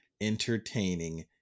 entertaining